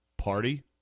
party